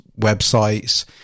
websites